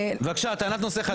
בבקשה, טענת נושא חדש.